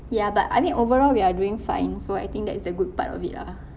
ya but I mean overall we're doing fine so I think that is the good part of it lah